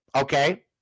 okay